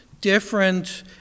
different